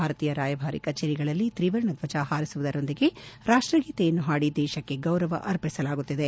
ಭಾರತೀಯ ರಾಯಭಾರಿ ಕಚೇರಿಗಳಲ್ಲಿ ತ್ರಿವರ್ಣ ಧ್ವಜ ಹಾರಿಸುವುದರೊಂದಿಗೆ ರಾಷ್ಟಗೀತೆಯನ್ನು ಹಾಡಿ ದೇಶಕ್ಕೆ ಗೌರವ ಅರ್ಪಿಸಲಾಗುತ್ತಿದೆ